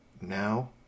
now